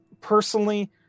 personally